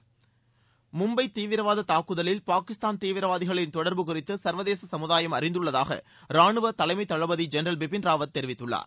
ரானவக்களபதி பிபின் ராவத் மும்பை தீவிரவாத தாக்குதலில் பாகிஸ்தான் தீவிரவாதிகளின் தொடர்பு குறித்து சர்வதேச சமுதாயம் அறிந்துள்ளதாக ராணுவ தலைமை தளபதி ஜென்ரல் பிபின் ராவத் தெரிவித்துள்ளார்